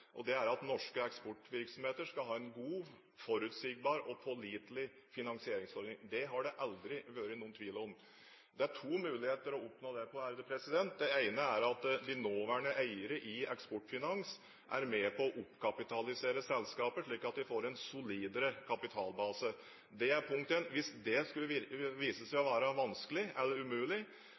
en god, forutsigbar og pålitelig finansieringsordning. Det har det aldri vært noen tvil om. Det er to muligheter for å oppnå det. Den ene er at de nåværende eiere i Eksportfinans er med på å oppkapitalisere selskapet, slik at de får en mer solid kapitalbase. Det er punkt én. Hvis det skulle vise seg å være vanskelig, eller umulig,